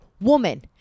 woman